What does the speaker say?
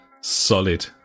Solid